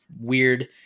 weird